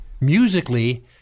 musically